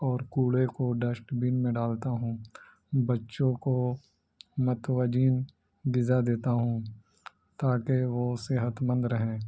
اور کوڑے کو ڈسٹ بین میں ڈالتا ہوں بچوں کو متوجن غذا دیتا ہوں تاکہ وہ صحت مند رہیں